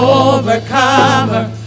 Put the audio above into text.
overcomer